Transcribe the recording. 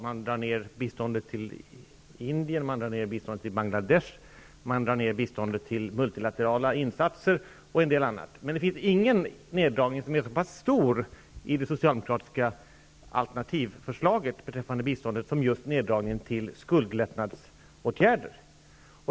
Man vill dra ned biståndet till Indien, till Bangladesh, till multilaterala insatser och till en del annat. Men det finns ingen neddragning i det socialdemokratiska alternativförslaget beträffande biståndet som är så pass stor som just neddragningen av medel till skuldlättnadsåtgärder.